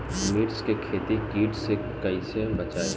मिर्च के खेती कीट से कइसे बचाई?